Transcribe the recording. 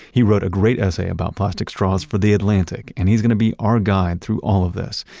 he wrote a great essay about plastic straws for the atlantic and he's gonna be our guide through all of this.